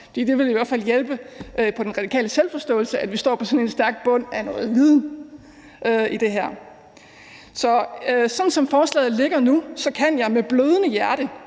Det ville i hvert fald hjælpe på den radikale selvforståelse, hvis vi står på en stærk bund af viden. Så sådan som forslaget ligger, må jeg med blødende hjerte